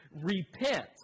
Repent